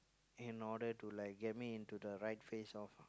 in order to like get me into the right phase of